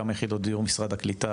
כמה יחידות דיור משרד הקליטה?